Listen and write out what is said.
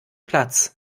platz